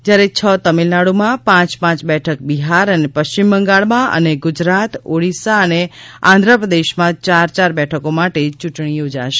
જ્યારે છ તમિલનાડુમાં પાંચ પાંચ બેઠકો બિહાર અને પશ્ચિમ બંગાળમાં અને ગુજરાત ઓડિશા તથા આંધ્રપ્રદેશમાં ચાર ચાર બેઠકો માટે ચૂંટણી યોજાશે